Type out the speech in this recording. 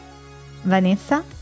Vanessa